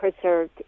preserved